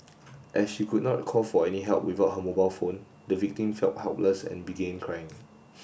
as she could not call for any help without her mobile phone the victim felt helpless and began crying